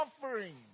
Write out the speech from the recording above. suffering